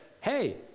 hey